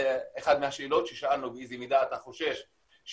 אחת מהשאלות ששאלנו היא באיזה מידה אתה חושש שאתה